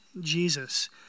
Jesus